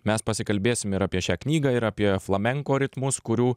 mes pasikalbėsim ir apie šią knygą ir apie flamenko ritmus kurių